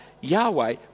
Yahweh